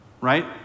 right